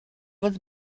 was